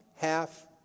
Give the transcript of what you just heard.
half